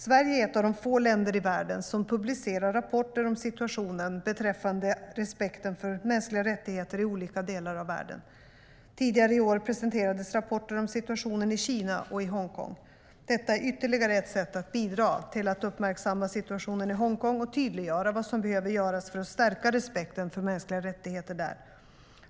Sverige är ett av få länder i världen som publicerar rapporter om situationen beträffande respekten för mänskliga rättigheter i olika delar av världen. Tidigare i år presenterades rapporter om situationen i Kina och i Hongkong. Detta är ytterligare ett sätt att bidra till att uppmärksamma situationen i Hongkong och tydliggöra vad som behöver göras för att stärka respekten för mänskliga rättigheter där.